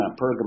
Pergamum